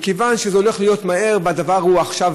מכיוון שזה הולך להיות מהר והדבר הוא עכשיו,